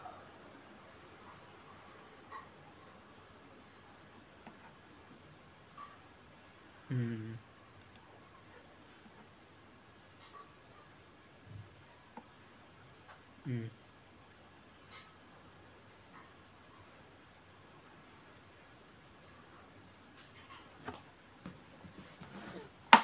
mm